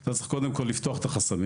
אתה צריך קודם כל לפתוח את החסמים,